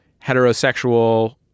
heterosexual